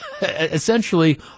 essentially